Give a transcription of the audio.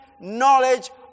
knowledge